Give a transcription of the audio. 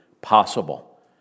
possible